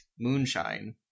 moonshine